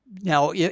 Now